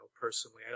personally